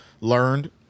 learned